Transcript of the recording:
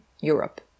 Europe